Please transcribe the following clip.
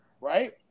right